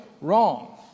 Wrong